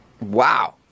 Wow